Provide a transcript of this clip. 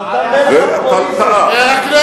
אבל אתה מלך הפופוליזם.